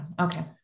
okay